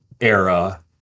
era